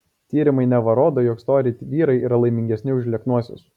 tyrimai neva rodo jog stori vyrai yra laimingesni už lieknuosius